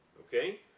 Okay